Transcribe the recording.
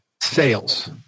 sales